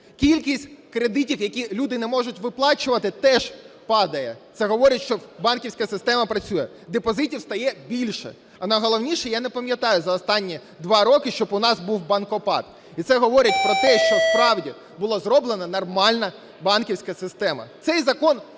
Кількість кредитів, які люди не можуть виплачувати, теж падає. Це говорить, що банківська система працює, депозитів стає більше. А найголовніше, я не пам'ятаю за останні два роки, щоб у нас був банкопад. І це говорить про те, що справді була зроблена нормальна банківська система. Цей закон